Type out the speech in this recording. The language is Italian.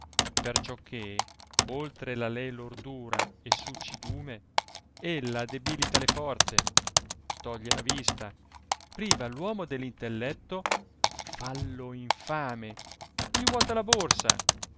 piena perciò che oltre la lei lordura e succidume ella debilita le forze toglie la vista priva l'uomo dell'intelletto fallo infame gli vuota la borsa